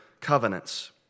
covenants